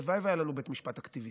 הלוואי שהיה לנו בית משפט אקטיביסטי.